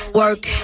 work